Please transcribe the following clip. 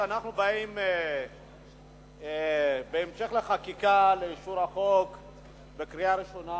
כשאנחנו באים לכאן בהמשך לחקיקה לאישור החוק בקריאה ראשונה,